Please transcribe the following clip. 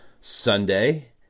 Sunday